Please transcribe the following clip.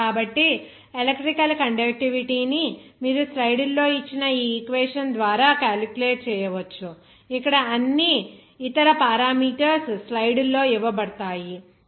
RAl కాబట్టి electrical conductivity ను మీరు స్లైడ్లలో ఇచ్చిన ఈ ఈక్వేషన్ ద్వారా క్యాలిక్యులేట్ చేయవచ్చు ఇక్కడ అన్ని ఇతర పారామీటర్స్ స్లైడ్లలో ఇవ్వబడతాయి